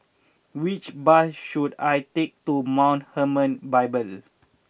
which bus should I take to Mount Hermon Bible